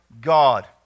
God